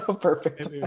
perfect